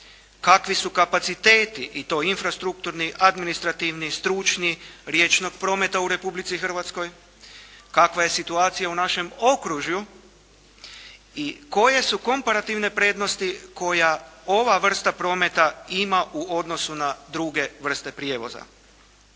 kakvi su kapaciteti i to infrastrukturni, administrativni, stručni riječnog prometa u Republici Hrvatskoj, kakva je situacija u našem okružju i koje su komparativne prednosti koja ova vrsta prometa ima u odnosu na druge vrste prijevoza.